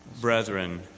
Brethren